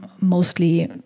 mostly